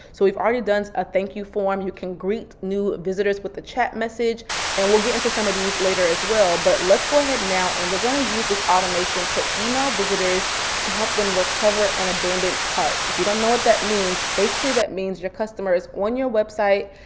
so we've already done a thank you form. you can greet new visitors with the chat message and we'll get into some of these later as well but let's go ahead now and we're going to use this automation to email visitors to help them recover an abandoned cart. if you don't know what that means, basically that means your customer is on your website,